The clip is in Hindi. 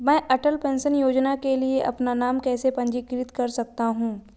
मैं अटल पेंशन योजना के लिए अपना नाम कैसे पंजीकृत कर सकता हूं?